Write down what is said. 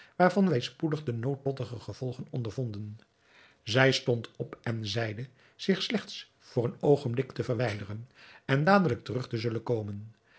waarvan wij spoedig de noodlottige gevolgen ondervonden zij stond op en zeide zich slechts voor een oogenblik te verwijderen en dadelijk terug te zullen komen